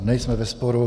Nejsme ve sporu.